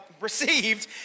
received